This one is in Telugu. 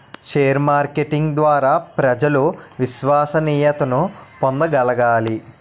షేర్ మార్కెటింగ్ ద్వారా ప్రజలు విశ్వసనీయతను పొందగలగాలి